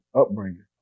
upbringing